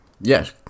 Yes